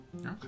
Okay